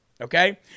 Okay